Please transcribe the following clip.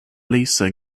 lisa